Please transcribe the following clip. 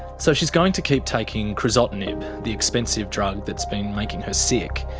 so she's going to keep taking crizotinib, the expensive drug that's been making her sick.